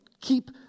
keep